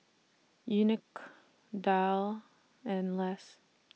Unique Dale and Less